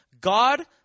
God